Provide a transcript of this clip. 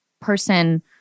person